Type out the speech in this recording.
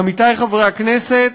עמיתי חברי הכנסת,